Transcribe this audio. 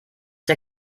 der